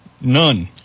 none